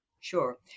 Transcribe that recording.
Sure